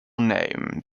name